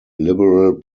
liberal